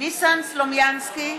ניסן סלומינסקי,